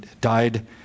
died